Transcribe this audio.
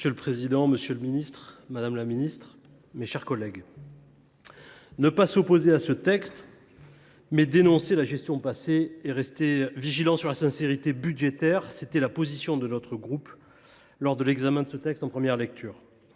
Monsieur le président, monsieur le ministre, madame la ministre, mes chers collègues, ne pas s’opposer à ce texte, dénoncer la gestion passée et rester attentif à la sincérité budgétaire, c’était la position de notre groupe lors de l’examen de ce texte en première lecture.